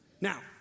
Now